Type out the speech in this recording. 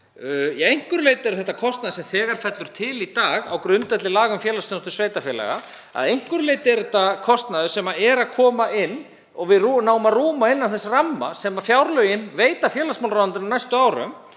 Að einhverju leyti er þetta kostnaður sem þegar fellur til í dag á grundvelli laga um félagsþjónustu sveitarfélaga. Að einhverju leyti er þetta kostnaður sem kemur inn og við náum að rúma innan þess ramma sem fjárlögin veita félagsmálaráðuneytinu á næstu árum.